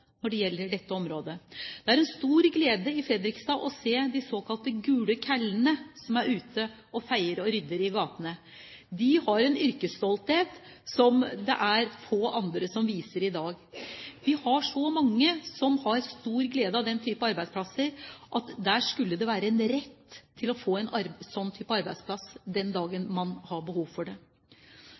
når det gjelder dette området. Det er en stor glede i Fredrikstad å se «de gule kællæne» som er ute og feier og rydder i gatene. De har en yrkesstolthet som få andre viser i dag. Vi har så mange som har stor glede av den type arbeidsplasser at det skulle være en rett å få en slik arbeidsplass den dagen man har behov for det.